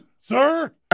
sir